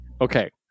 Okay